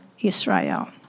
Israel